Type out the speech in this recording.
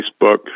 Facebook